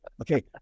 Okay